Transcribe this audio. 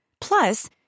Plus